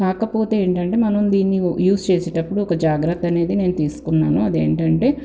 కాకపోతే ఏంటంటే మనం దీన్ని యూస్ చేసేటప్పుడు ఒక జాగ్రత్త అనేది నేను తీసుకున్నాను అదేంటంటే